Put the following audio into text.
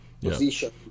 position